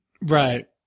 Right